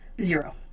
Zero